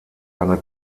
eine